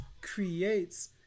creates